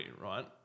right